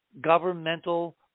governmental